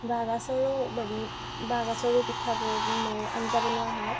বাঁহ গাজৰো হেৰি বাঁহ গাজৰো পিঠা আঞ্জা বনোৱা হয়